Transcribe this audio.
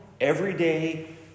everyday